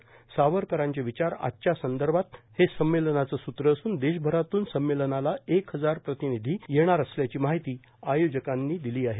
सावरकरांचे विचार आजच्या संदर्भात हे संमेलनाचे सूत्र असून देशभरातून संमेलनाला एक हजार प्रतिनिधी येणार असल्याची माहिती आयोजकांनी दिली आहे